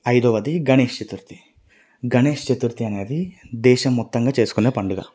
ఐదవది గణేష్ చతుర్థి గణేష్ చతుర్థి అనేది దేశం మొత్తంగా చేసుకొనే పండుగ